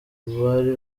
bari